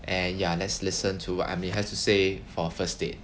and ya let's listen to what emily have to say for first date